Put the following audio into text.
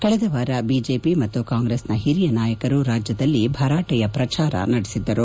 ಕಳೆದ ವಾರ ಬಿಜೆಪಿ ಮತ್ತು ಕಾಂಗ್ರೆಸ್ ಹಿರಿಯ ನಾಯಕರು ರಾಜ್ಯದಲ್ಲಿ ಭರಾಟೆಯ ಪ್ರಚಾರ ನಡೆಸಿದ್ದರು